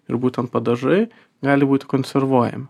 ir būtent padažai gali būti konservuojami